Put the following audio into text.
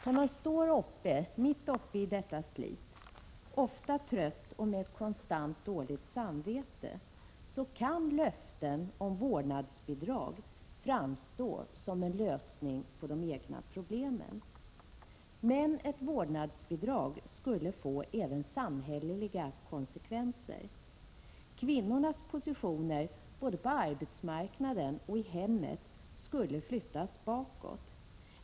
När man står mitt uppe i detta slit, ofta trött och med ett konstant dåligt samvete, kan löften om vårdnadsbidrag framstå som en lösning på de egna problemen. Men ett vårdnadsbidrag skulle få även samhälleliga konsekvenser. Kvinnornas positioner både på arbetsmarkanden och i hemmet skulle flyttas bakåt.